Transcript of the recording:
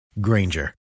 Granger